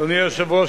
אדוני היושב-ראש,